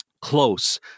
close